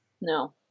No